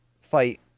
fight